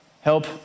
Help